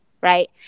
Right